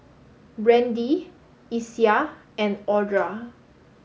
Brandee Isiah and Audra